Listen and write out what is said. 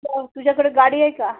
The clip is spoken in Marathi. हो तुझ्याकडे गाडी आहे का